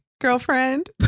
girlfriend